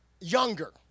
younger